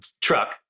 truck